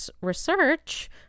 research